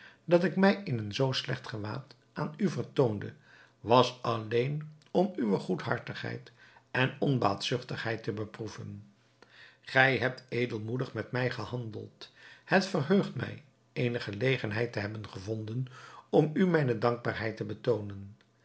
dat ik mij in een zoo slecht gewaad aan u vertoonde was alleen om uwe goedhartigheid en onbaatzuchtigheid te beproeven gij hebt edelmoedig met mij gehandeld het verheugt mij eene gelegenheid te hebben gevonden om u mijne dankbaarheid te betoonen